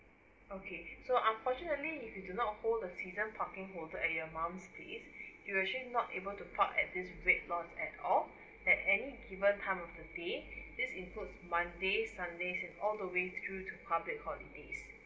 okay so unfortunately if you do not hold the season parking holder at your mum's place you actually not able to park at this rate at all at any given time of the day this includes monday sunday all the way to public holidays